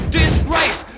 disgrace